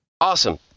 Awesome